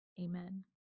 Amen